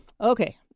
Okay